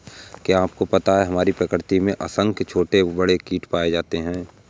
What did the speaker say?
क्या आपको पता है हमारी प्रकृति में असंख्य छोटे बड़े कीड़े पाए जाते हैं?